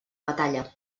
batalla